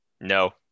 No